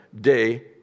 day